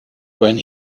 when